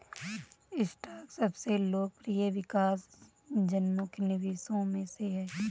stock सबसे लोकप्रिय विकास उन्मुख निवेशों में से है